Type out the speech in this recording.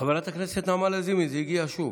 חברת הכנסת נעמה לזימי, זה הגיע שוב.